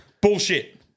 Bullshit